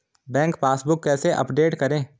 Bank passbook कैसे update करें?